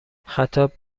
خطاب